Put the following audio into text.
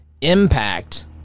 impact